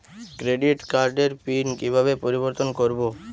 Credit কার্ডের PIN কিভাবে পরিবর্তন করবো?